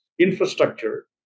infrastructure